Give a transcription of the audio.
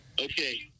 Okay